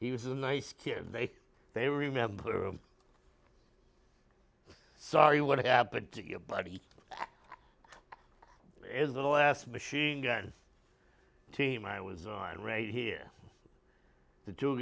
he was a nice kid and they they remember i'm sorry what happened to your buddy as the last machine gun team i was on raid here the two